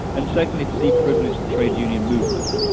and secondly to de-privilege the trade union movement.